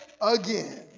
again